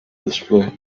display